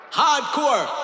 hardcore